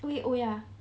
wait oh ya